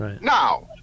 Now